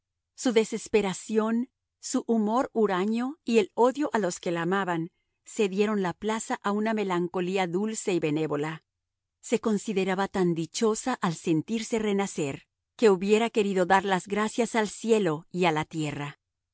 su desesperación su humor huraño y el odio a los que la amaban cedieron la plaza a una melancolía dulce y benévola se consideraba tan dichosa al sentirse renacer que hubiera querido dar las gracias al cielo y a la tierra